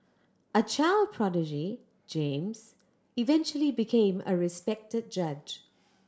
a child prodigy James eventually became a respected judge